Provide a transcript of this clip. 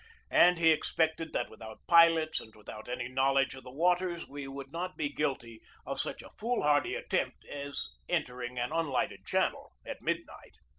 and he expected that without pilots and without any knowledge of the waters we would not be guilty of such a foolhardy at tempt as entering an unlighted channel at midnight.